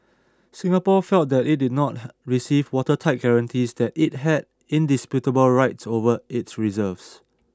Singapore felt that it did not receive watertight guarantees that it had indisputable rights over its reserves